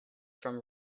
from